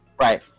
right